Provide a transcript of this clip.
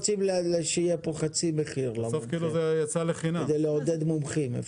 אנחנו רוצים שיהיה כאן חצי מחיר כדי לעודד מומחים.